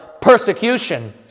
persecution